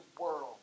world